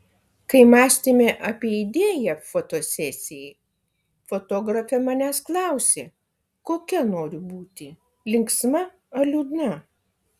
kai mąstėme apie idėją fotosesijai fotografė manęs klausė kokia noriu būti linksma ar liūdna